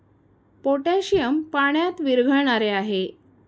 potassium पाण्यात विरघळणारे आहे